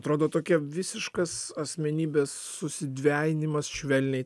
atrodo tokia visiškas asmenybės susidvejinimas švelniai